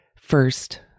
first